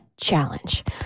Challenge